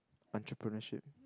entrepreneurship